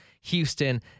Houston